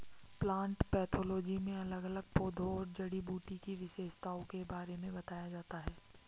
plant pathology में अलग अलग पौधों और जड़ी बूटी की विशेषताओं के बारे में बताया जाता है